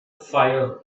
fire